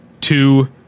two